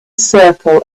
circle